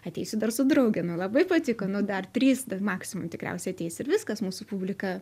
ateisiu dar su drauge nu labai patiko nu dar trys ten maksimum tikriausiai ateis ir viskas mūsų publika